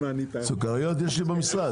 סוכריות יש לי במשרד,